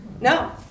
No